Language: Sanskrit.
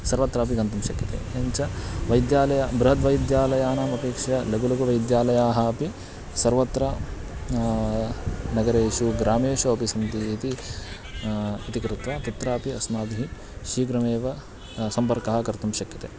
सर्वत्रापि गन्तुं शक्यते एवं च वैद्यालयः बृहद्वैद्यालयानामपेक्षया लघु लघु वैद्यालयाः अपि सर्वत्र नगरेषु ग्रामेषु अपि सन्ति इति इति कृत्वा तत्रापि अस्माभिः शीघ्रमेव सम्पर्कः कर्तुं शक्यते